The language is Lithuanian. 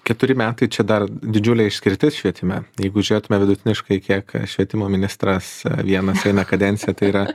keturi metai čia dar didžiulė išskirtis švietime jeigu žiūrėtume vidutiniškai kiek švietimo ministras vienas eina kadenciją tai yra